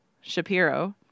Shapiro